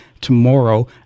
tomorrow